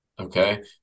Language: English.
okay